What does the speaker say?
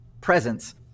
presence